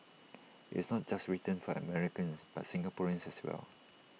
it's not just written for Americans but Singaporeans as well